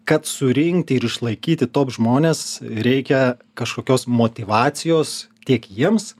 kad surinkti ir išlaikyti top žmones reikia kažkokios motyvacijos tiek jiems